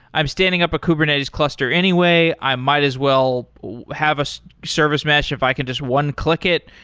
i'm standing up a kubernetes cluster anyway. i might as well have a service mesh if i could just one-click it.